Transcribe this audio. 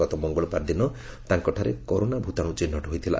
ଗତ ମଙ୍ଗଳବାର ଦିନ ତାଙ୍କଠାରେ କରୋନା ଭୂତାଣୁ ଚିହ୍ନଟ ହୋଇଥିଲା